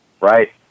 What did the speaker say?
right